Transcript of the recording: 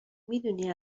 میدونی